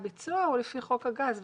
הביצוע הוא לפי חוק הגז.